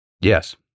Yes